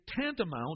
tantamount